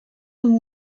amb